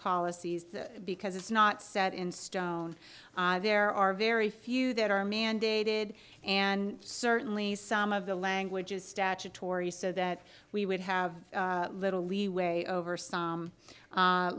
policies because it's not set in stone there are very few that are mandated and certainly some of the language is statutory so that we would have little leeway over some